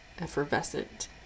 effervescent